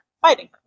fighting